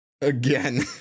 Again